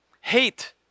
hate